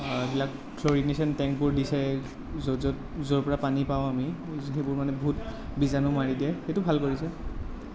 এইবিলাক থ্ৰ ইনিচিয়েনত টেংকবোৰ দিছে য'ত য'ত য'ৰ পৰা পানী পাওঁ আমি যিটো মানে বহুত বীজাণু মাৰি দিয়ে সেইটো ভাল কৰিছে